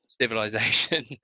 civilization